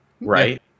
right